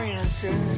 answer